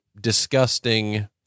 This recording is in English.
disgusting